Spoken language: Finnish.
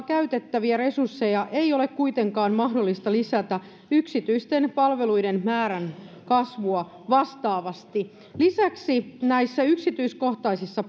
käytettäviä resursseja ei ole kuitenkaan mahdollista lisätä yksityisten palveluiden määrän kasvua vastaavasti lisäksi näissä yksityiskohtaisissa